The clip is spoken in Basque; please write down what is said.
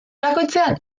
bakoitzean